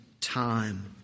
time